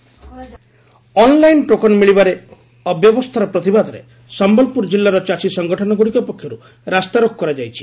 token online token ମିଳିବାରେ ଅବ୍ୟବସ୍ରାର ପ୍ରତିବାଦରେ ସୟଲପୁର ଜିଲ୍ଲାର ଚାଷୀ ସଂଗଠନ ଗୁଡ଼ିକ ପକ୍ଷରୁ ରାସ୍ତାରୋକ କରାଯାଇଛି